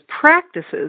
practices